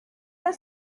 the